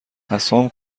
عصام